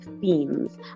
themes